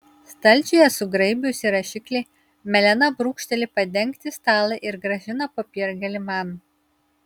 stalčiuje sugraibiusi rašiklį melena brūkšteli padengti stalą ir grąžina popiergalį man